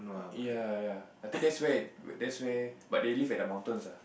ya ya I think that's where that's where but they live at the mountains ah